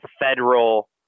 federal